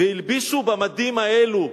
והלבישו במדים האלו,